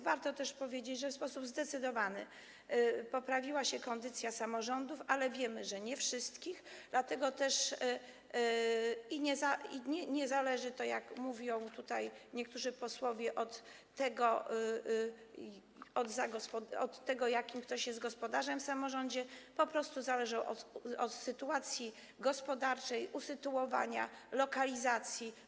Warto też powiedzieć, że w sposób zdecydowany poprawiła się kondycja samorządów, ale wiemy, że nie wszystkich, dlatego też nie zależy to, jak mówią tutaj niektórzy posłowie, od tego, jakim ktoś jest gospodarzem w samorządzie, tylko po prostu zależy to od sytuacji gospodarczej, usytuowania, lokalizacji.